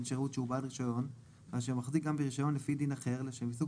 שירות שהוא בעל רישיון ואשר מחזיק גם ברישיון לפי דין אחר לשם עיסוק